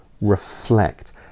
reflect